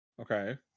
okay